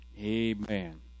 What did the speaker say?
Amen